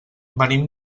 venim